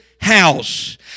house